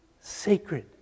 sacred